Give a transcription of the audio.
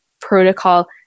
protocol